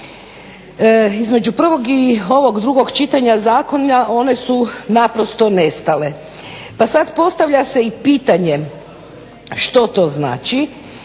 Između prvog i ovog drugog čitanja zakona one su naprosto nestale, pa sad postavlja se i pitanje što to znači.